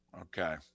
Okay